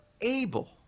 able